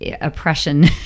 oppression